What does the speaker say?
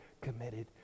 committed